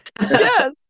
Yes